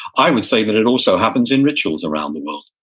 i would say that it also happens in rituals around the world,